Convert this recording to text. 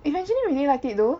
Evangeline really like it though